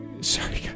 Sorry